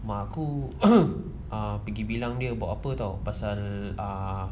mak aku ah pergi bilang dia buat apa tahu pasal ah